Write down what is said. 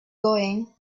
going